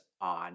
on